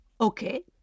Okay